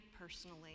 personally